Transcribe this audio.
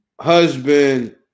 husband